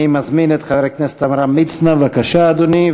אני מזמין את חבר הכנסת עמרם מצנע, בבקשה, אדוני.